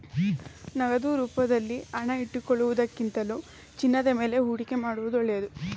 ನಗದು ರೂಪದಲ್ಲಿ ಹಣ ಇಟ್ಟುಕೊಳ್ಳುವುದಕ್ಕಿಂತಲೂ ಚಿನ್ನದ ಮೇಲೆ ಹೂಡಿಕೆ ಮಾಡುವುದು ಒಳ್ಳೆದು